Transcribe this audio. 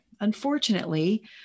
unfortunately